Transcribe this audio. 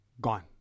gone